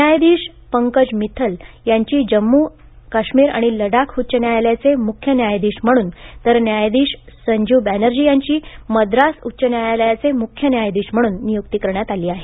न्यायाधीश पंकज मिथल यांची जम्मू काश्मीर आणि लडाख उच्च न्यायालयाचे मुख्य न्यायाधीश म्हणून तर न्यायाधीश संजीव बॅनर्जी यांची मद्रास उच्च न्यायालयाचे मुख्य न्यायाधीश म्हणून नियुक्ती करण्यात आली आहे